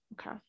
Okay